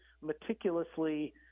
meticulously